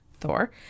Thor